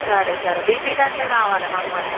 సరే సరే బీపీటీ వడ్లు కావాలి మాకు మరి